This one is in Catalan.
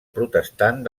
protestant